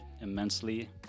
immensely